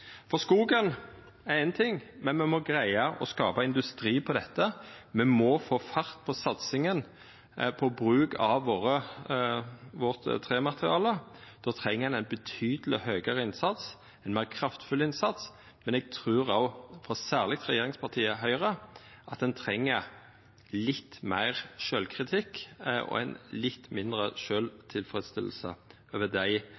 Skogen er éin ting, men me må greia å skapa industri av dette. Me må få fart på satsinga på bruken av trematerialet vårt, og då treng ein ein betydeleg høgare og meir kraftfull innsats. Men eg trur òg – særleg i regjeringspartiet Høgre – at ein treng litt meir sjølvkritikk og ein litt mindre sjølvtilfreds haldning til dei